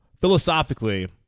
philosophically